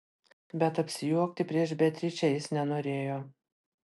bet apsijuokti prieš beatričę jis nenorėjo